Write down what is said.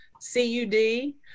C-U-D